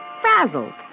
frazzled